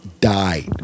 died